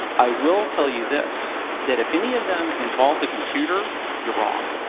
i will tell you this, that if any of them involve the computer, you're wrong.